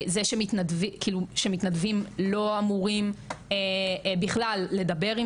זה שמתנדבים לא אמורים בכלל לדבר עם